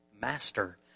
Master